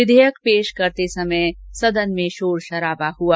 विधेयक पेश होते समय सदन में शोर शराबा हुआ